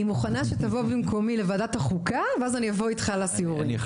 אני מוכנה שתבוא במקומי לוועדת החוקה ואז אני אבוא איתך לסיורים.